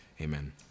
amen